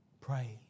Pray